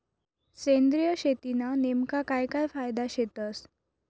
सेंद्रिय शेतीना नेमका काय काय फायदा शेतस?